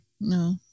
No